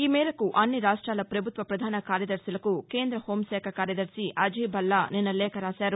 ఈమేరకు అన్ని రాష్ట్రాల ప్రభుత్వ ప్రధాన కార్యదర్శులకు కేంద్ర హెూంశాఖ కార్యదర్శి అజయ్ భల్ల నిన్న లేఖ రాశారు